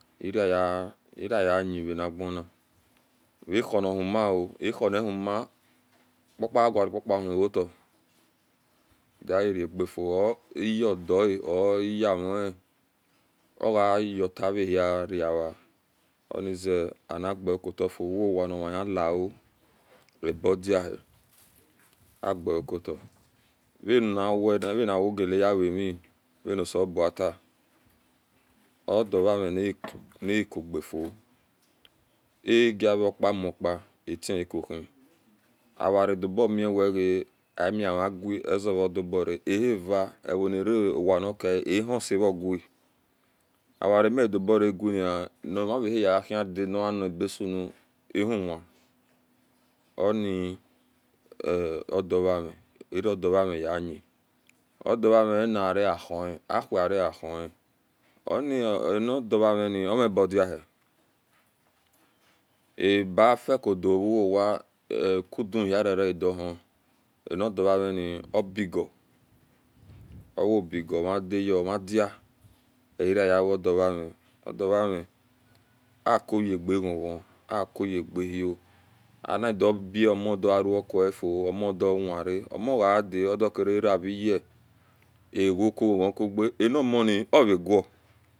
erogia yeanigeni nonihumao ahuni huma opa agalioka uyota direge di o iyedua or iyemun ogayota evarae onze anigeokukafi uwa nimahile oabodihi ageokta aniogelaye wemi venisebuata odia veami nakudiafi ageopamapa atwnacohi odolobmize amiage doge oduobra ahivanti ovarowa nikoahisevege amiadibagen nimavahiye uda nanibesun ahuwo onioduvami lori odu vami yega odumu vami onrarahunn awe ara ahihn abafiku domuu uwowa udimuhi edohn niduva minio bega owobiga omidiyo yomadia oi roaye weudu yeami acoyega ghon ghon acoyegehio anidubae omodua ruwecufi omodinra omogadi odukadiaca reye ewoko ghon ghon kuga anmoni